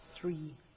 three